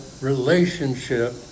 relationship